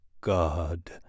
God